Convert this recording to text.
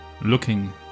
looking